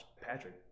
Patrick